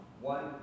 One